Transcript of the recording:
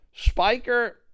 Spiker